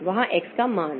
तो वहाँ x का मान